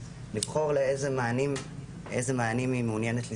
לבחור אילו מענים היא מעוניינת לצרוך,